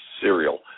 cereal